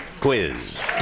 quiz